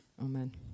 amen